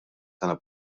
sena